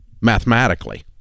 Mathematically